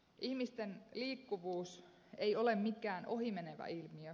ihmisten liikkuvuus ei ole mikään ohimenevä ilmiö